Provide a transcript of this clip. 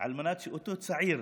על מנת שלאותו צעיר